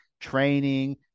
training